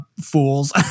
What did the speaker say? fools